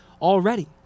already